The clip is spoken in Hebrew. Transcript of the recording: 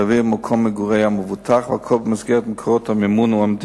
מקרה דומה אירע לא מכבר.